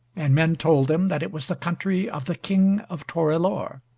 and men told them that it was the country of the king of torelore.